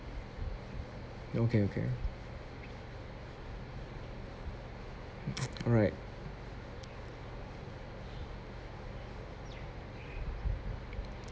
okay okay alright